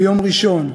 ביום ראשון,